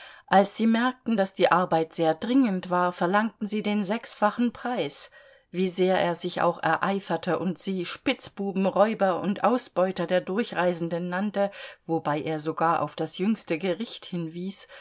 als sie merkten daß die arbeit sehr dringend war verlangten sie den sechsfachen preis wie sehr er sich auch ereiferte und sie spitzbuben räuber und ausbeuter der durchreisenden nannte wobei er sogar auf das jüngste gericht hinwies